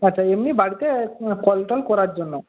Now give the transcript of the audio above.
আচ্ছা এমনি বাড়িতে কল টল করার জন্য